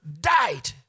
Died